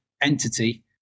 entity